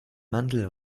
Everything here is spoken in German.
mantel